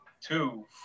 Two